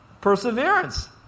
perseverance